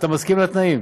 אתה מסכים לתנאים?